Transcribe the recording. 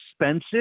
expensive